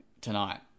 tonight